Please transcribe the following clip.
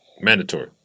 mandatory